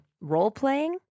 role-playing